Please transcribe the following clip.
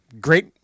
great